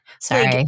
Sorry